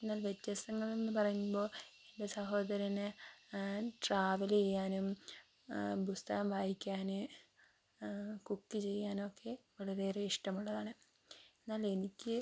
എന്നാൽ വ്യത്യസ്തങ്ങൾ എന്ന് പറയുമ്പോൾ എൻ്റെ സഹോദരന് ട്രാവൽ ചെയ്യാനും പുസ്തകം വായിക്കാന് കുക്ക് ചെയ്യാൻ ഒക്കെ വളരെയേറെ ഇഷ്ടമുള്ളതാണ് എന്നാൽ എനിക്ക്